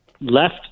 left